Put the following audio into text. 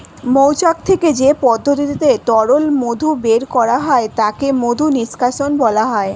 মৌচাক থেকে যে পদ্ধতিতে তরল মধু বের করা হয় তাকে মধু নিষ্কাশণ বলা হয়